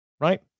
right